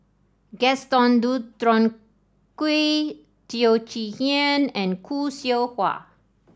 Gaston Dutronquoy Teo Chee Hean and Khoo Seow Hwa